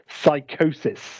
Psychosis